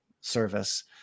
service